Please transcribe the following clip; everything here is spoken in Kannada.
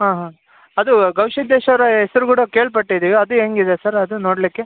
ಹಾಂ ಹಾಂ ಅದು ಗವಿ ಸಿದ್ದೇಶ್ವರ ಹೆಸರು ಕೂಡ ಕೇಳಿ ಪಟ್ಟಿದೀವಿ ಅದು ಹೆಂಗಿದೆ ಸರ್ ಅದು ನೋಡಲಿಕ್ಕೆ